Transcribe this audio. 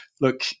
look